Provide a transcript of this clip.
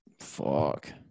fuck